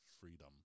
freedom